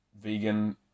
vegan